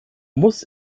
muss